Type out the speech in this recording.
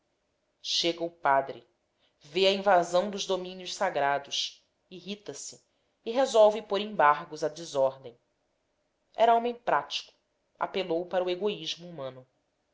chega o padre vê a invasão dos domínios sagrados irrita se e resolve pôr embargos à desordem era homem prático apelou para o egoísmo humano